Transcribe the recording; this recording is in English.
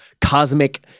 cosmic